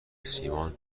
سیمان